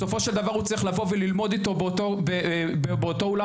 בסופו של דבר הוא צריך לבוא וללמוד אתו באותו אולם